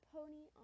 Pony